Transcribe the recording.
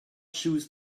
chose